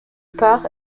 par